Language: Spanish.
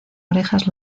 orejas